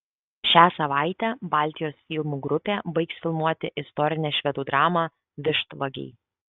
šią savaitę baltijos filmų grupė baigs filmuoti istorinę švedų dramą vištvagiai